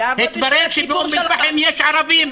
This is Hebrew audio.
--- התברר שבאום אל פאחם יש ערבים.